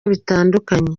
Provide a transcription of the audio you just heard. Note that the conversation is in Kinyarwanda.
bitandukanye